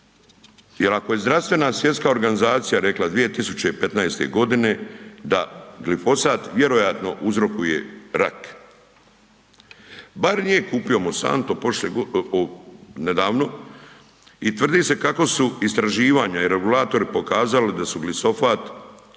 Jer ako je Zdravstvena svjetska organizacija rekla 2015.g. da glifosat vjerojatno uzrokuje rak. Bar nije kupio Monsanto nedavno i tvrdi se kako su istraživanja i regulatori pokazali da su glifosat